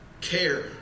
care